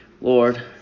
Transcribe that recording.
Lord